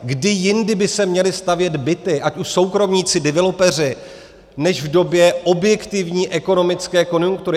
Kdy jindy by se měly stavět byty, ať už soukromníci, developeři, než v době objektivní ekonomické konjunktury?